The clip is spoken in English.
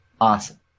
awesome